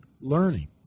learning